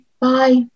Bye